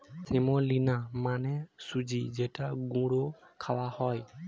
semolina মানে সুজি যেটা গুঁড়ো খাওয়া হয়